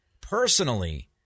personally